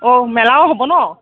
অঁ মেলাও হ'ব ন